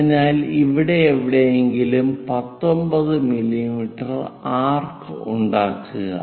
അതിനാൽ ഇവിടെ എവിടെയെങ്കിലും 19 മില്ലീമീറ്റർ ആർക്ക് ഉണ്ടാക്കുക